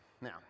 now